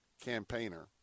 campaigner